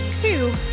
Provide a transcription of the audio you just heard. two